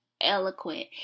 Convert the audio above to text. eloquent